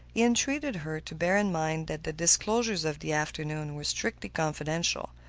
he entreated her to bear in mind that the disclosures of the afternoon were strictly confidential.